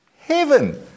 heaven